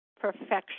perfection